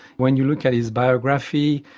when you look at his biography,